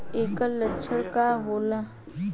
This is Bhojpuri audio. ऐकर लक्षण का होला?